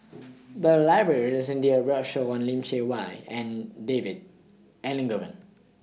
The Library recently did A roadshow on Lim Chee Wai and David Elangovan